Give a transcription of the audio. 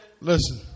listen